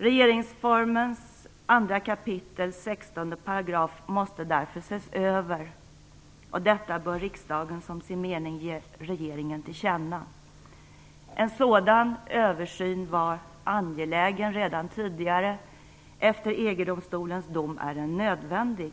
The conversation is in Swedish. Regeringsformens 2 kap. 16 § måste därför ses över, och detta bör riksdagen som sin mening ge regeringen till känna. En sådan översyn var angelägen redan tidigare, efter EG-domstolens dom är den nödvändig.